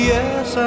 Yes